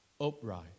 upright